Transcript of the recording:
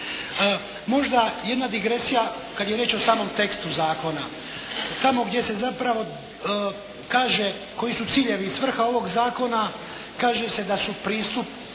Možda jedna digresija kad je riječ o samom tekstu zakona. Tamo gdje se zapravo kaže koji su ciljevi i svrha ovog zakona, kaže se da su pristup